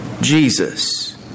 Jesus